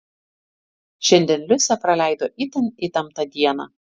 šiandien liusė praleido itin įtemptą dieną